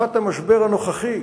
בתקופת המשבר הנוכחי,